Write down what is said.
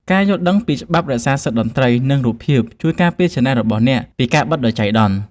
ការយល់ដឹងពីច្បាប់រក្សាសិទ្ធិតន្ត្រី និងរូបភាព ជួយការពារឆានែលរបស់អ្នកពីការបិទដោយចៃដន្យ។